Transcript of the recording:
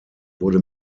wurde